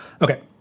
Okay